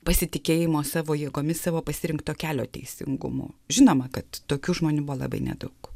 pasitikėjimo savo jėgomis savo pasirinkto kelio teisingumu žinoma kad tokių žmonių buvo labai nedaug